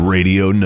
Radio